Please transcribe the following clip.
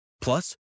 Plus